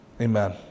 Amen